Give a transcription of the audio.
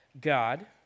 God